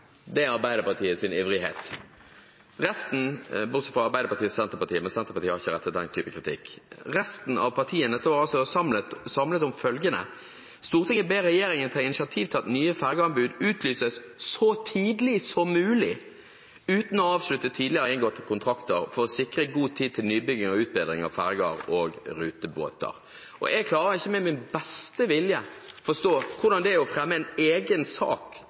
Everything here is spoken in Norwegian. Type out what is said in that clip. Det er Arbeiderpartiets ivrighet. Resten av partiene – bortsett fra Arbeiderpartiet og Senterpartiet, men Senterpartiet har ikke kommet med den type kritikk – står altså samlet om følgende: «Stortinget ber regjeringen ta initiativ til at nye fergeanbud utlyses så tidlig som mulig, uten å avslutte tidligere inngåtte kontrakter, for å sikre god tid til nybygging og utbedring av ferger og rutebåter.» Jeg klarer ikke med min beste vilje å forstå hvordan det å fremme en egen sak